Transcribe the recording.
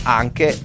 anche